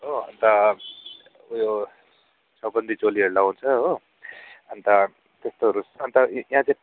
हो अन्त उयो चौबन्दी चोलीहरू लगाउँछ हो अन्त त्यस्तोहरू छ अन्त यहाँ चाहिँ